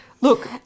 look